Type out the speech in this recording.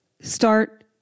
start